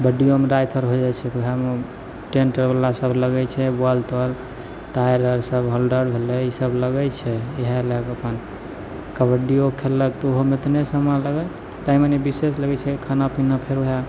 कबड्डिओमे राति आओर होइ जाइ छै तऽ वएहमे टेन्ट आओरसब लागै छै बॉल तॉल तार आओर सब होल्डर भेलै ईसब लगै छै इएह लऽ कऽ अपन कबड्डिओ खेललक तऽ ओहोमे एतने समान लागल तनि मनि विशेष लागै छै खाना पीना फेर वएह